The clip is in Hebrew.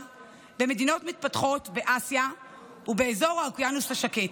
במדינות מתפתחות באסיה ובאזור האוקיינוס השקט.